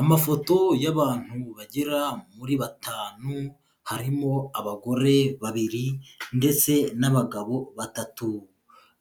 Amafoto y'abantu bagera muri batanu, harimo abagore babiri, ndetse n'abagabo batatu,